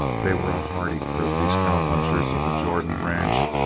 they were a hardy crew, these cowpunchers of the jordan ranch,